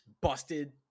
busted